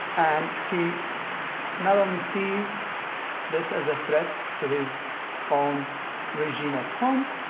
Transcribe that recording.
and he not only sees this as a threat to his own regime at home,